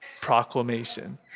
proclamation